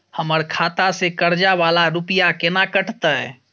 हमर खाता से कर्जा वाला रुपिया केना कटते?